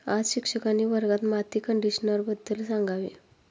आज शिक्षकांनी वर्गात माती कंडिशनरबद्दल सांगावे